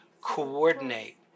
coordinate